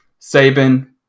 Saban